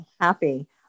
Happy